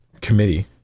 committee